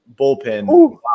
bullpen